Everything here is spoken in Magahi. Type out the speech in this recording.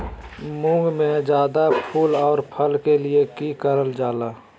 मुंग में जायदा फूल और फल के लिए की करल जाय?